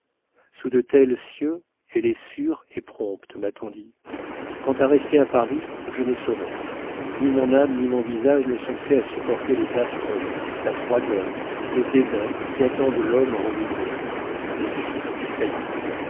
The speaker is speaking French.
sous de tels cieux elle est sûre et prompte m'a-t-on dit quant à rester à paris je ne saurais ni mon âme ni mon visage ne sont faits à supporter les affronts la froideur le dédain qui attendent l'homme ruiné le fils du